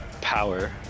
power